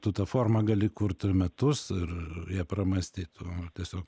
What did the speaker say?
tu tą formą gali kurt ir metus ir ją pramąstyt o tiesiog